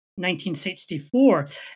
1964